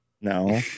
No